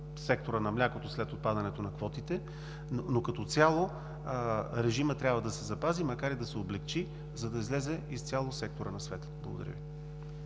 сектора на млякото след отпадането на квотите, но като цяло режимът трябва да се запази, макар и да се облекчи, за да излезе изцяло секторът на светло. Благодаря Ви.